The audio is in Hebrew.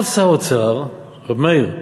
כל שר אוצר, ר' מאיר,